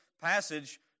passage